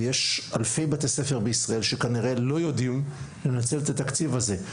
ויש אלפי בתי ספר בישראל שכנראה לא יודעים לנצל את התקציב הזה,